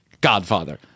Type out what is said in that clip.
godfather